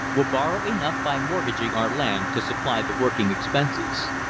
we'll borrow enough by mortgaging our land to supply the working expenses.